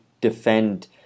defend